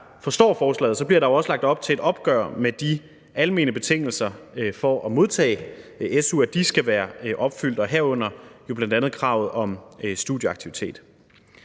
forstår forslaget, bliver der også lagt op til et opgør med, at de almene betingelser for at modtage su skal være opfyldt, herunder bl.a. kravet om studieaktivitet.